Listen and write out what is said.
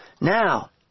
Now